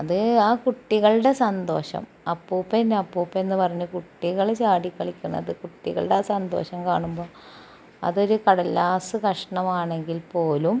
അത് ആ കുട്ടികളുടെ സന്തോഷം അപ്പുപ്പൻ അപ്പുപ്പൻ എന്ന് പറഞ്ഞ് കുട്ടികള് ചാടി കളിക്കുന്നത് കുട്ടികളുടെ ആ സന്തോഷം കാണുമ്പോൾ അതൊരു കടലാസ്സ് കഷ്ണമാണെങ്കിൽ പോലും